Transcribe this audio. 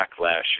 backlash